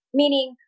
meaning